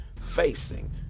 facing